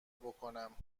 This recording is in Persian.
بکنم